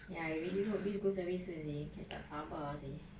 ya I really hope this goes away soon seh K tak sabar